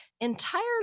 entirely